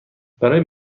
برای